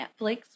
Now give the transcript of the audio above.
Netflix